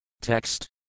Text